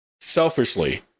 selfishly